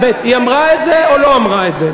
הבט, היא אמרה את זה או לא אמרה את זה?